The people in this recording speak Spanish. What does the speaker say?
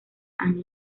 han